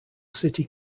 city